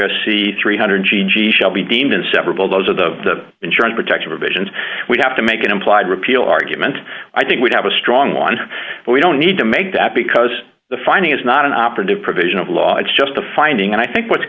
c three hundred g g shall be deemed inseparable those are the insurance protection revisions we'd have to make an implied repeal argument i think would have a strong one but we don't need to make that because the finding is not an operative provision of law it's just a finding and i think what